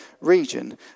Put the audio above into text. region